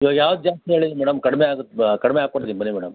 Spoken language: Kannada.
ಇವಾಗ ಯಾವ್ದೂ ಜಾಸ್ತಿ ಹೇಳಿಲ್ಲ ಮೇಡಮ್ ಕಡಿಮೆ ಆಗುತ್ತೆ ಬ ಕಡಿಮೆ ಹಾಕಿಕೊಡ್ತೀನಿ ಬನ್ನಿ ಮೇಡಮ್